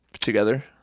together